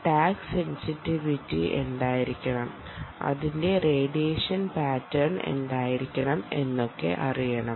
tag sensitivity എന്തായിരിക്കണം അതിന്റെ radiation pattern എന്തായിരിക്കണം എന്നൊക്കെ അറിയണം